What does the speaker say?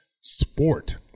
sport